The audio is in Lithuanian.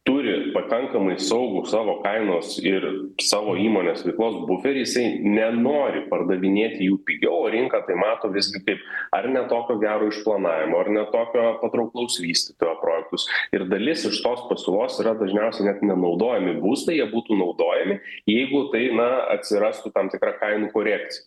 turi pakankamai saugų savo kainos ir savo įmonės veiklos buferį jisai nenori pardavinėti jų pigiau o rinka tai mato visgi taip ar ne tokio gero išplanavimo ar ne tokio patrauklaus vystojo projektus ir dalis iš tos pasiūlos yra dažniausiai net nenaudojami būstai jie būtų naudojami jeigu tai na atsirastų tam tikra kainų korekcija